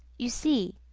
you see,